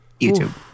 YouTube